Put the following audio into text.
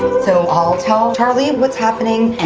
so all told, charlie, what's happening?